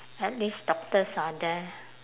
at least doctors are there